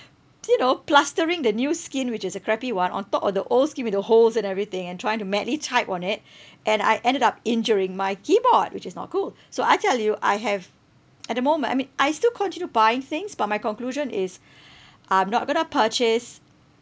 do you know plastering the new skin which is a crappy one on top of the old skin with the holes and everything and trying to madly type on it and I ended up injuring my keyboard which is not cool so I tell you I have at the moment I mean I still continue buying things but my conclusion is I'm not going to purchase